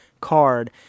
card